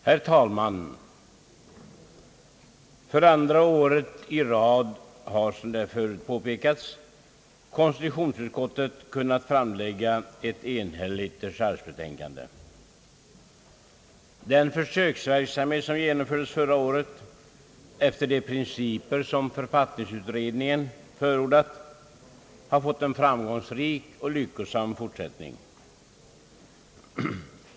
Herr talman! För andra året i rad har, såsom förut påpekats, konstitutionsutskottet kunnat framlägga ett enhälligt dechargebetänkande. Den försöksverksamhet som genomfördes förra året efter de principer som författningsutredningen hade förordat har fått en framgångsrik och lyckosam fortsättning.